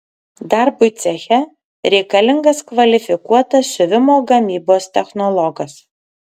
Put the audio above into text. darbui ceche reikalingas kvalifikuotas siuvimo gamybos technologas